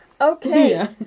Okay